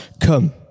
come